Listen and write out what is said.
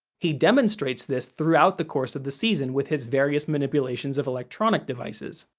he demonstrates this throughout the course of the season with his various manipulations of electronic devices.